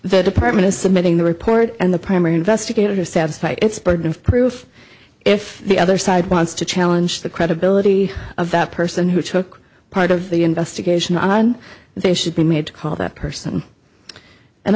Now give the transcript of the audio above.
the department is submitting the report and the primary investigator to satisfy its burden of proof if the other side wants to challenge the credibility of that person who took part of the investigation on they should be made to call that person and